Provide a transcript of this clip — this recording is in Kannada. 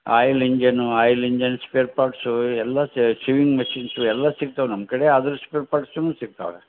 oil engine oil engine spare parts ಎಲ್ಲ ಶೇವಿಂಗ್ ಮೆಷಿನ್ಸು ಎಲ್ಲ ಸಿಗ್ತವೆ ನಮ್ಮ ಕಡೆ ಅದ್ರಷ್ಟು ಪರ್ಸ್ಯುಮು ಸಿಗ್ತವೆ